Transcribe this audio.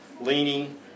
leaning